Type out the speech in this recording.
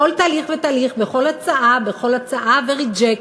בכל תהליך ותהליך, בכל הצעה, בכל הצעה וריג'קט.